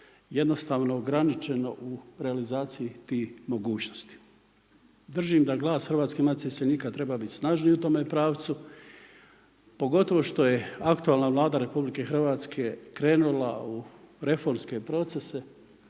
jednostavno ograničeno u realizaciji tih mogućnosti. Držim da glas Hrvatske matice iseljenika treba biti snažnije u tome pravcu, pogotovo što je aktualna Vlada Republike Hrvatske krenula u reformske procese